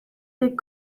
des